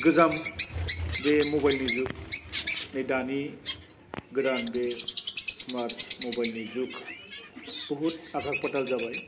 गोजाम बे मबाइलनि जुग नै दानि गोदान बे स्मार्ट मबाइलनि जुग बहुत आकास फाथाल जाबाय